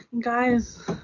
guys